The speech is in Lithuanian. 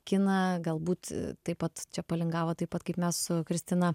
kiną galbūt taip pat čia palingavo taip pat kaip mes su kristina